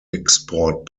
export